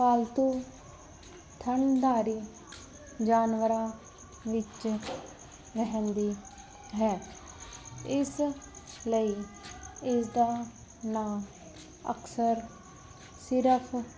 ਪਾਲਤੂ ਥਣਧਾਰੀ ਜਾਨਵਰਾਂ ਵਿੱਚ ਰਹਿੰਦੀ ਹੈ ਇਸ ਲਈ ਇਸ ਦਾ ਨਾਮ ਅਕਸਰ ਸਿਰਫ਼